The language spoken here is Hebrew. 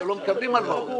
תודה.